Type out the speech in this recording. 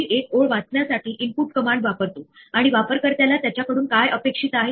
कधीकधी error handling हे जसे की आपल्या एरर प्रोन प्रोग्राम ला कदाचित डीबगकरण्यासाठी असते